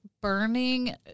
Burning